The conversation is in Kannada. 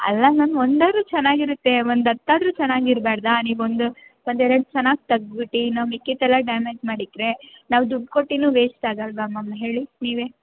ಅಲ್ಲ ಮ್ಯಾಮ್ ಒಂದಾರು ಚೆನ್ನಾಗಿರತ್ತೆ ಒಂದು ಹತ್ ಆದರೂ ಚೆನ್ನಾಗಿರ್ಬಾರ್ದ ನೀವು ಒಂದು ಒಂದೆರಡು ಚೆನ್ನಾಗಿ ತೆಗ್ದು ಬಿಟ್ಟು ಇನ್ನು ಮಿಕ್ಕಿದ್ದೆಲ್ಲಾ ಡ್ಯಾಮೇಜ್ ಮಾಡಿಕ್ಕರೆ ನಾವು ದುಡ್ಡು ಕೊಟ್ಟುನು ವೇಸ್ಟ್ ಆಗಲ್ಲವಾ ಮ್ಯಾಮ್ ಹೇಳಿ ನೀವೇ